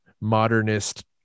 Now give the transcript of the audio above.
modernist